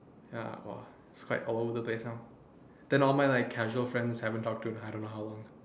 ya oh it's quite old now then all like my casual friends I didn't talk to in don't know how long